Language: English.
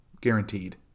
guaranteed